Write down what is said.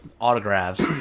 autographs